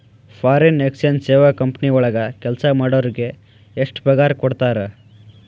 Foreign exchange ಸೇವಾ company ವಳಗ್ ಕೆಲ್ಸಾ ಮಾಡೊರಿಗೆ ಎಷ್ಟ್ ಪಗಾರಾ ಕೊಡ್ತಾರ?